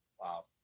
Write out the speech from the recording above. Wow